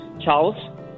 Charles